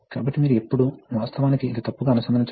కాబట్టి ఇప్పుడు ప్రారంభంలో సిలిండర్ H విస్తరించి ఉంది